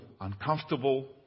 uncomfortable